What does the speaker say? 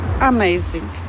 amazing